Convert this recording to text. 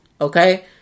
okay